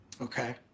Okay